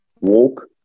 walk